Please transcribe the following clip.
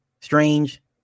Strange